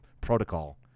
protocol